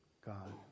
God